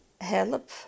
help